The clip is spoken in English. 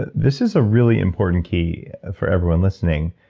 this is a really important key for everyone listening.